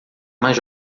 mais